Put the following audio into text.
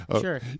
sure